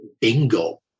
bingo